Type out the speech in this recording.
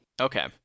Okay